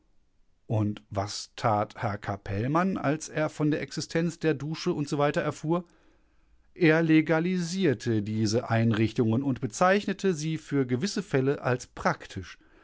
und was tat herr capellmann als er von der existenz der dusche usw erfuhr er legalisierte diese einrichtungen und bezeichnete sie für gewisse fälle als praktisch